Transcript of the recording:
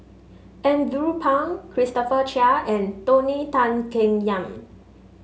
Andrew Phang Christopher Chia and Tony Tan Keng Yam